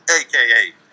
aka